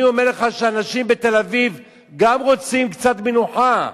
אני אומר לך שאנשים בתל-אביב גם רוצים קצת מנוחה,